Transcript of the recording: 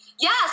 Yes